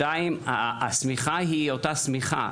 שנית: השמיכה היא אותה שמיכה,